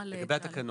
לגבי התקנות,